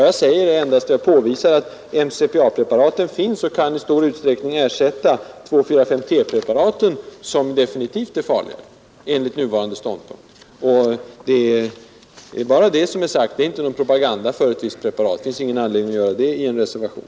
Jag vill bara påvisa att MCPA-preparaten finns, och i stor utsträckning kan ersätta 2,4,5-T-preparaten, som med all sannolikhet är farligare. Det är bara det som är sagt. Det är inte någon propaganda för ett visst preparat. Det finns ingen anledning att göra det i en reservation.